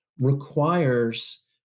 requires